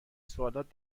سوالات